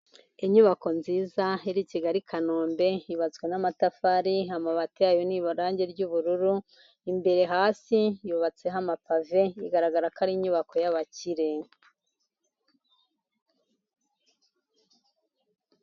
Inyubako nziza iri i Kigali, Kanombe, yubatswe n'amatafari, amabati yayo ni irangi ry'ubururu, imbere hasi yubatseho amapave bigaragara ko ari inyubako y'abakire.